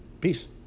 Peace